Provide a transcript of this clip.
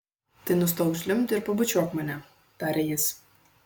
tai nustok žliumbti ir pabučiuok mane tarė jis